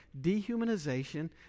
Dehumanization